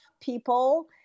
people